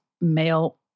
male